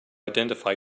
identify